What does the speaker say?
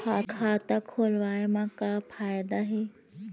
खाता खोलवाए मा का फायदा हे